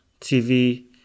TV